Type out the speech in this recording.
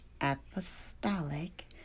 Apostolic